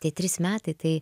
tie trys metai tai